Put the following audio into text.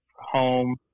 home